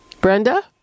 Brenda